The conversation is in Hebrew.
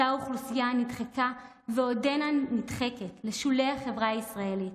אותה אוכלוסייה נדחקה ועודנה נדחקת לשולי החברה הישראלית,